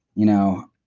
you know,